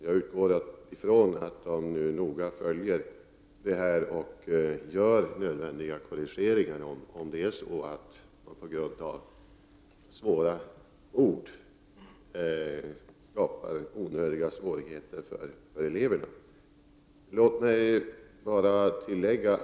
Jag utgår ifrån att trafiksäkerhetsverket nu noga följer utvecklingen och gör de nödvändiga korrigeringarna, om det förhåller sig så att det skapas onödiga svårigheter för eleverna på grund av svåra ord.